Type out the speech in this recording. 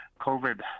covid